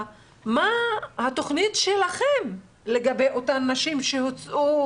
מה התוכנית שלכם לגבי אותן נשים שהוצאו